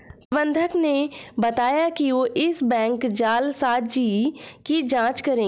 प्रबंधक ने बताया कि वो इस बैंक जालसाजी की जांच करेंगे